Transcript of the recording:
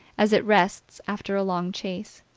as it rests after a long chase.